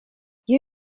you